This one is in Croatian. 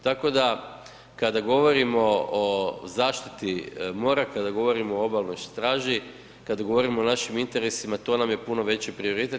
Tako da kada govorimo o zaštiti mora, kada govorimo o obalnoj straži, kada govorimo o našim interesima to nam je puno veći prioritet.